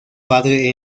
padre